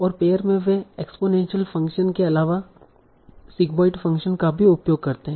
और पेपर में वे एक्सपोनेंशियल फंक्शन के अलावा सिग्मॉइड फ़ंक्शन का भी उपयोग करते हैं